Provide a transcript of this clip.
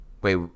Wait